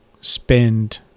spend